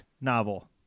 novel